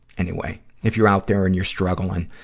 anyway. if you're out there and you're struggling,